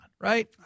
right